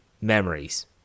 memories